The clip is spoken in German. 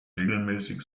regelmäßig